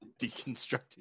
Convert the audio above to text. Deconstructed